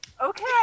Okay